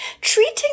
Treating